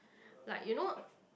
like you know